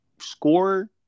score